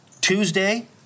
tuesday